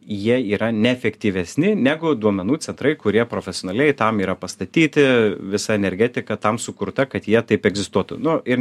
jie yra ne efektyvesni negu duomenų centrai kurie profesionaliai tam yra pastatyti visa energetika tam sukurta kad jie taip egzistuotų nu ir